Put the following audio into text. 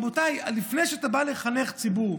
רבותיי, לפני שאתה בא לחנך ציבור,